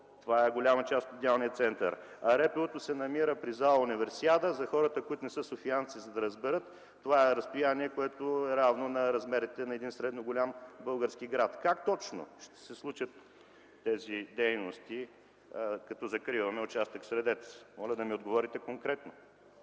Това е голяма част от идеалния център, а Първо РПУ се намира при зала „Универсиада”. За хората, които не са софиянци, за да разберат, ще кажа, че това е разстоянието, което е равно на размерите на един средно голям български град. Как точно ще се случат тези дейности, като закриваме участък „Средец”? Моля да ми отговорите конкретно.